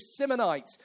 Simonite